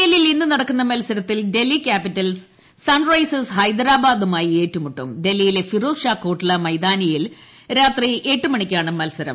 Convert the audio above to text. എല്ലിൽ ഇന്ന് നൂടുക്കുന്ന മൽസരത്തിൽ ഡൽഹി ക്യാപ്പിറ്റൽസ് സൺ ഐസേഴ്സ് ഹൈദരാബാദുമായി ഏറ്റുമുട്ടും ഡൽഹിയിലെ ഫിറോസ് ഷാ കോട്ട്ലാ മൈതാനിയിൽ രാത്രി എട്ട് മണിക്കാണ് മൽസരം